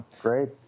Great